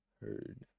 Heard